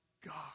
God